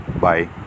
Bye